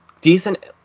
decent